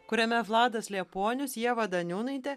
kuriame vladas liepuonius ieva daniūnaitė